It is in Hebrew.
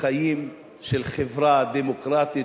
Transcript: לחיים של חברה דמוקרטית